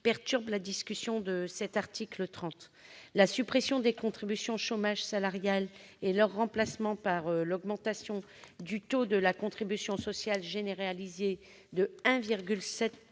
perturbent la discussion de cet article 30. La suppression des contributions chômage salariales et leur remplacement par l'augmentation du taux de la contribution sociale généralisée, la CSG,